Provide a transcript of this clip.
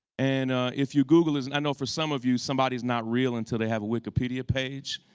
and if you google his and i know for some of you, somebody's not real until they have a wikipedia page.